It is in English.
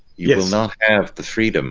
you do not have the freedom